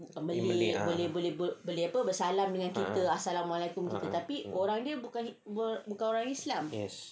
ah ah ah yes